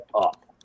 up